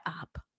up